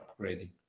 upgrading